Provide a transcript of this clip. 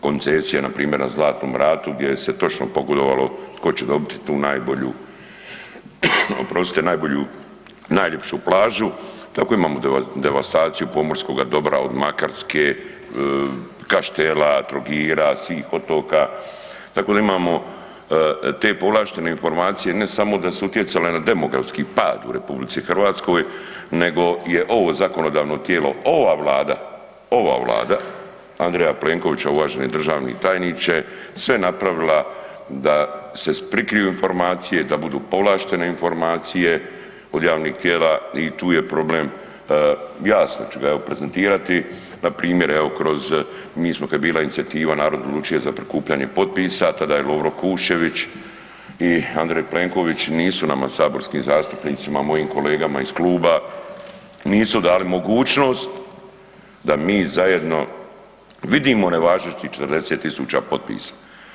Koncesija npr. na Zlatnom ratu gdje se točno pogodovalo tko će dobiti tu najbolju, oprostite, najbolju, najljepšu plažu, tako imamo devastaciju pomorskoga dobra od Makarske, Kaštela, Trogira, svih otoka, tako da imamo te povlaštene informacije, ne samo da su utjecale na demografski pad u RH nego je ovo zakonodavno tijelo, ova Vlada, ova Vlada Andreja Plenkovića, uvaženi državni tajniče, sve napravila da se prikriju informacije, da budu povlaštene informacije od javnih tijela, i tu je problem, jasno ću ga, evo, prezentirati, npr. evo kroz, mi smo, kad je bila inicijativa Narod odlučuje, za prikupljanje potpisa, tada je Lovro Kuščević i Andrej Plenković, nisu nama saborski zastupnici, ima mojim kolegama iz kluba, nisu dali mogućnost da mi zajedno vidimo nevažećih 40 tisuća potpisa.